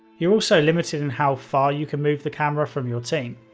you're also limited in how far you can move the camera from your team.